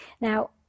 Now